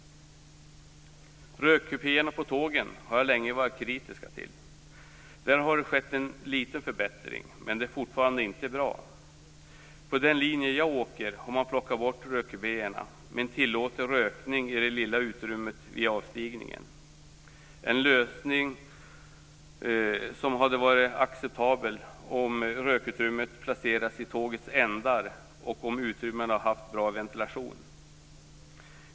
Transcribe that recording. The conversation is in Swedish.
Rökkupéerna på tågen har jag länge varit kritisk till. Där har det skett en liten förbättring, men det är fortfarande inte bra. På den linje jag åker har man plockat bort rökkupéerna men tillåter rökning i det lilla utrymmet vid avstigningen. Det är en lösning som hade varit acceptabel om rökutrymmena hade placerats i tågets ändar och om utrymmena haft en bra ventilation.